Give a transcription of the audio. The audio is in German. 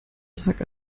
tag